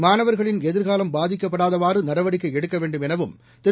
மாணவர்களின் எதிர்காலம் பாதிக்கப்படாதவாறு நடவடிக்கை எடுக்க வேண்டும் எனவும் திரு